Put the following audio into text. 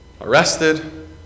arrested